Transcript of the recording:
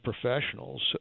professionals